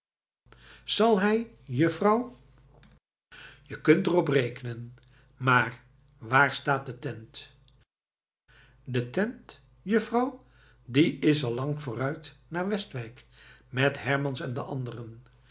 zal hij juffrouw je kunt er op rekenen maar waar staat de tent de tent juffrouw die is al lang vooruit naar westwijk met hermans en de anderen